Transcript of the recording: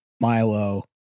Milo